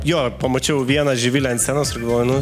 jo pamačiau vieną živilę ant scenos ir galvoju nu